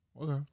Okay